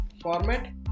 format